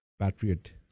patriot